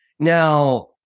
Now